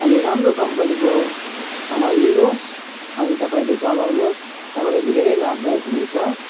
अनि राम्रो कम्पनीको सामान लिनुहोस् अनि तपाईँहरूले चलाउनुहोस् तपाईँलाई धेरै लाभदायक हुनेछ